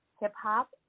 hip-hop